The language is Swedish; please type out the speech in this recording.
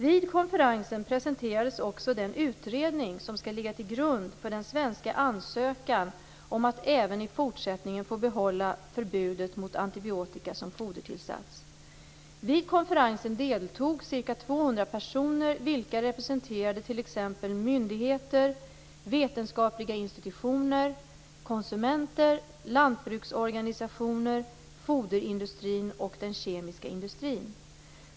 Vid konferensen presenterades också den utredning som skall ligga till grund för den svenska ansökan om att även i fortsättningen få behålla förbudet mot antibiotika som fodertillsats. Vid konferensen deltog ca 200 personer, vilka representerade t.ex. myndigheter, vetenskapliga institutioner, konsumenter, lantbruksorganisationer, foderindustrin och den kemiska industrin.